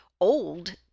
old